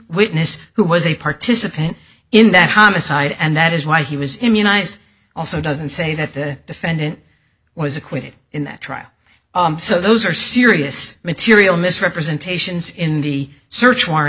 witness who was a participant in that homicide and that is why he was immunized also doesn't say that the defendant was acquitted in that trial so those are serious material misrepresentations in the search warrant